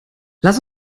lass